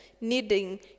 needing